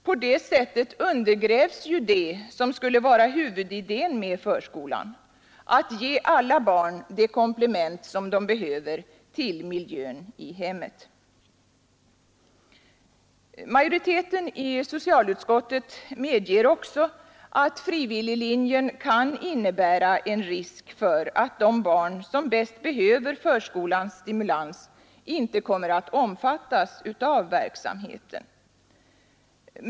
På det sättet undergrävs det som skulle vara huvudidén med förskolan — att ge alla barn det komplement som de behöver till miljön i hemmet. Utskottsmajoriteten medger också att frivilliglinjen kan innebära en risk för att de barn som bäst behöver förskolans stimulans inte kommer att omfattas av verksamheten.